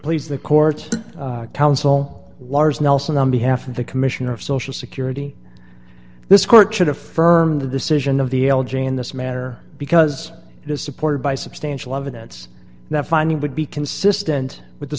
please the court counsel lars nelson on behalf of the commissioner of social security this court should affirm the decision of the algae in this matter because it is supported by substantial evidence that finding would be consistent with the